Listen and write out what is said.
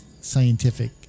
scientific